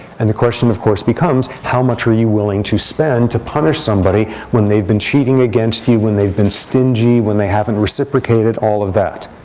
and the question, of course, becomes, how much are you willing to spend to punish somebody when they've been cheating against you, when they've been stingy, when they haven't reciprocated, all of that?